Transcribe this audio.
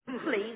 Please